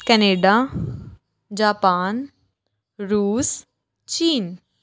Canada Japan ਰੂਸ ਚੀਨ